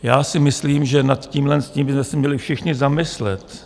Já si myslím, že nad tímhle tím bychom se měli všichni zamyslet.